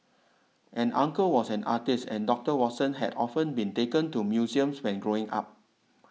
an uncle was an artist and Doctor Watson had often been taken to museums when growing up